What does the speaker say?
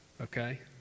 Okay